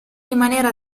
rimanere